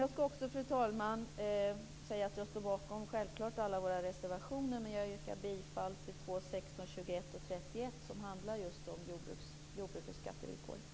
Jag skall också, fru talman, säga att jag självklart står bakom alla våra reservationer. Men jag yrkar bifall till reservationerna 2, 16, 21 och 31 som handlar just om jordbrukets skattevillkor.